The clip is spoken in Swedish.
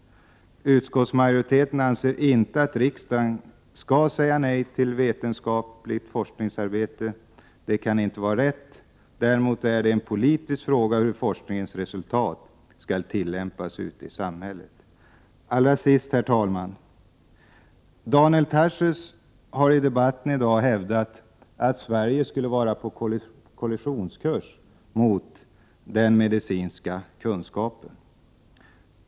Utskottsmajoriteten anser inte att riksdagen skall säga nej till vetenskapligt forskningsarbete — det kan aldrig vara rätt. Däremot är det en politisk fråga hur forskningens resultat skall tillämpas ute i samhället. Allra sist, herr talman: Daniel Tarschys har i debatten i dag hävdat att Sverige skulle vara på kollisionskurs mot den medicinska kunskapen.